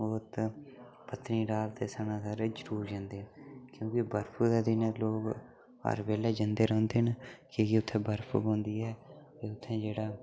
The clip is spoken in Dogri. ओह् ते पत्नीटॉप ते सनासर जरूर जंदे क्योंकि बरफू दे दिनें लोग हर बेल्लै जंदे रौहंदे न कि क्योंकि उ'त्थें बर्फ पौंदी ऐ उ'त्थें जेह्ड़ा